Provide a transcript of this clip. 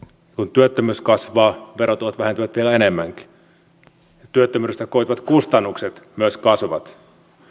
työttömyys kasvaa verotulot vähentyvät vielä enemmänkin ja työttömyydestä koituvat kustannukset myös kasvavat